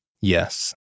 Yes